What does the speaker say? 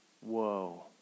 whoa